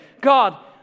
God